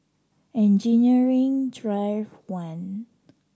Engineering Drive One